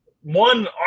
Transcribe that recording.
one